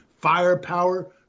firepower